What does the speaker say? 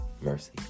Mercy